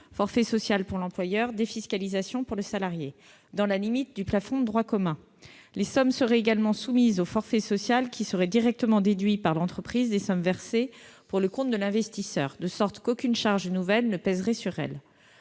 forfait social pour l'employeur, défiscalisation pour le salarié dans la limite du plafond de droit commun. Les sommes seraient également soumises au forfait social, qui serait directement déduit par l'entreprise des sommes versées pour le compte de l'investisseur, de sorte qu'aucune charge nouvelle ne pèserait sur elle.